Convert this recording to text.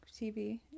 TV